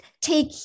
take